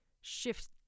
Shift